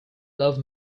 love